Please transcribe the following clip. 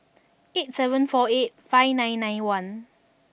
eight seven four eight five nine nine one